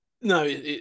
No